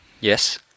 Yes